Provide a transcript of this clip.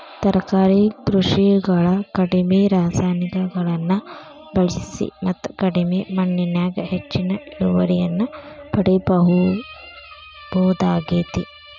ತರಕಾರಿ ಕೃಷಿಯೊಳಗ ಕಡಿಮಿ ರಾಸಾಯನಿಕಗಳನ್ನ ಬಳಿಸಿ ಮತ್ತ ಕಡಿಮಿ ಮಣ್ಣಿನ್ಯಾಗ ಹೆಚ್ಚಿನ ಇಳುವರಿಯನ್ನ ಪಡಿಬೋದಾಗೇತಿ